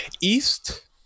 East